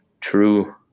true